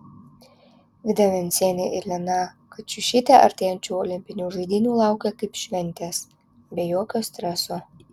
vida vencienė ir lina kačiušytė artėjančių olimpinių žaidynių laukia kaip šventės be jokio streso